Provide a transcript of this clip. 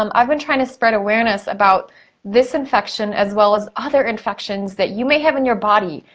um i've been trying to spread awareness about this infection as well as other infections that you may have in your body.